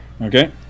Okay